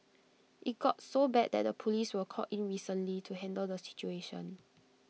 IT got so bad that the Police were called in recently to handle the situation